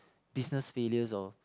business failure or